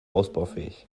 ausbaufähig